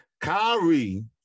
Kyrie